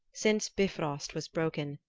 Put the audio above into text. since bifrost was broken,